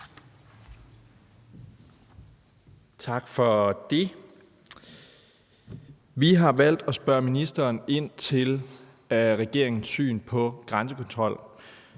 Tak for det. Vi har valgt at spørge ministeren ind til regeringens syn på grænsekontrol,